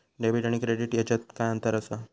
Debit आणि credit ह्याच्यात काय अंतर असा?